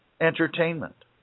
entertainment